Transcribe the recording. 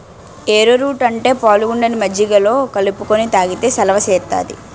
ఏరో route అంటే పాలగుండని మజ్జిగలో కలుపుకొని తాగితే సలవ సేత్తాది